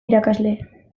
irakasle